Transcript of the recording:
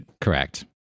Correct